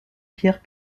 pierre